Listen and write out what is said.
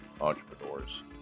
entrepreneurs